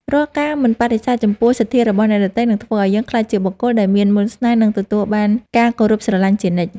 រាល់ការមិនបដិសេធចំពោះសទ្ធារបស់អ្នកដទៃ នឹងធ្វើឱ្យយើងក្លាយជាបុគ្គលដែលមានមន្តស្នេហ៍ និងទទួលបានការគោរពស្រឡាញ់ជានិច្ច។